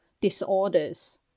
disorders